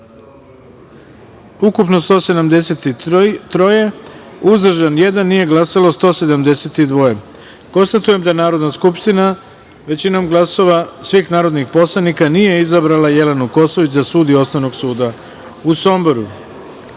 ukupno 173, uzdržan jedan, nije glasalo 172.Konstatujem da Narodna skupština većinom glasova svih narodnih poslanika nije izabrala Jelenu Kosović za sudiju Osnovnog suda u Somboru. Stavljam